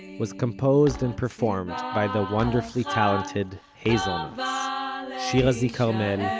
was composed, and performed, by the wonderfully talented hazelnuts ah shira z. carmel,